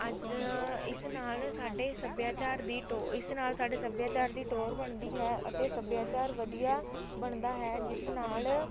ਅੱਜ ਇਸ ਨਾਲ ਸਾਡੇ ਸੱਭਿਆਚਾਰ ਦੀ ਟੋ ਇਸ ਨਾਲ ਸਾਡੇ ਸੱਭਿਆਚਾਰ ਦੀ ਟੋਰ ਬਣਦੀ ਹੈ ਅਤੇ ਸੱਭਿਆਚਾਰ ਵਧੀਆ ਬਣਦਾ ਹੈ ਜਿਸ ਨਾਲ